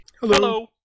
Hello